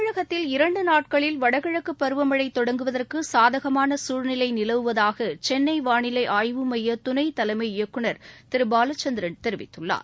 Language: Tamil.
தமிழகத்தில் இரண்டுநாட்களில் வடகிழக்குபருவமழைதொடங்குவதற்குசாதகமானசூழ்நிலைநிலவுவதாகசென்னைவாளிலைஆய்வு மையதுணைதலைமை இயக்குனர் திருபாலச்சந்திரன் தெரிவித்துள்ளார்